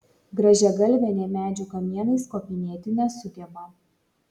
grąžiagalvė nė medžių kamienais kopinėti nesugeba